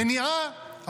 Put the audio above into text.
מניעה,